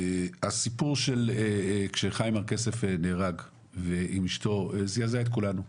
הסיפור כשחיים הר כסף נהרג עם אשתו זה זעזע את כולנו.